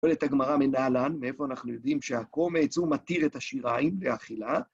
אומרת הגמרא מנא לן, מאיפה אנחנו יודעים שהקומץ הוא מתיר את השיריים לאכילה.